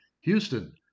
Houston